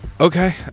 okay